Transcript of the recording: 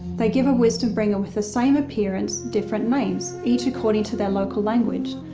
they give a wisdom bringer with the same appearance different names, each according to their local language.